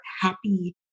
happy